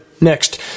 Next